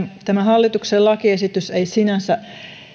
tämä hallituksen lakiesitys ei sinänsä